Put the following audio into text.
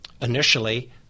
initially